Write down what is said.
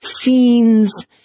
scenes